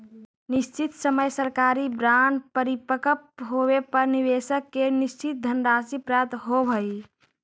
निश्चित समय में सरकारी बॉन्ड परिपक्व होवे पर निवेशक के निश्चित धनराशि प्राप्त होवऽ हइ